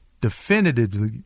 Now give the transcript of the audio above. definitively